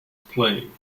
playing